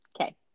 Okay